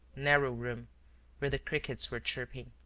narrow room where the crickets were chirping.